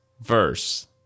verse